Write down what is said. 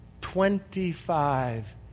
Twenty-five